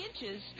inches